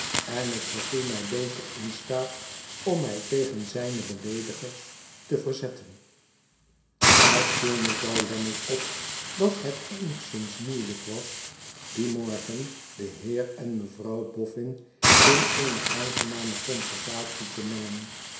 en ik gevoel mij beter m staat om mij tegen zijne beleedigers te verzetten het viel mevrouw lammie op dat het eenigszins moeilijk was dien morgen den heer en mevrouw boffin in eene aangename conversatie te mengen